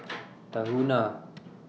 Tahuna